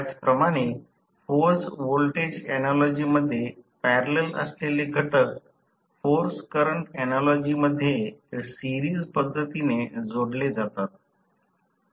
त्याचप्रमाणे force voltage ऍनालॉजीमध्ये parallel असलेले घटक फोर्स करंट ऍनालॉजी मध्ये सिरीस पद्धतीने जोडले जातात